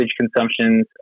consumptions